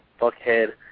fuckhead